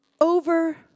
over